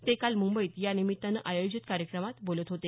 ते काल मुंबईत यानिमित्तानं आयोजित कार्यक्रमात बोलत होते